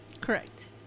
Correct